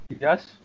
Yes